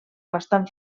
bastant